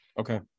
Okay